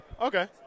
okay